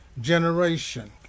generation